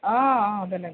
অঁ অঁ জনাব